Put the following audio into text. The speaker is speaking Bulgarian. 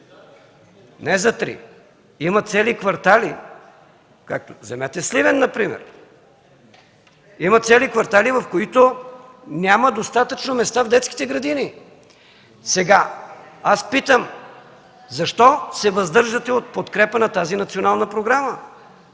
Не за три, има цели квартали, вземете Сливен например. Има цели квартали, в които няма достатъчно места в детските градини. Аз питам: защо се въздържате от подкрепа на тази национална програма?